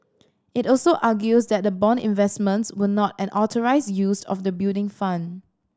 it also argues that the bond investments were not an authorised use of the Building Fund